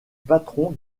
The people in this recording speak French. patron